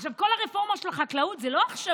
עכשיו, כל הרפורמה של חקלאות זה לא עכשווי,